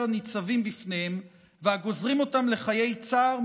הניצבים בפניהם והגוזרים אותם לחיי צער,